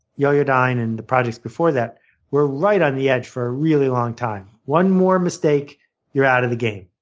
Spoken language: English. yoyodyne and the projects before that were right on the edge for a really long time. one more mistake and you're out of the game,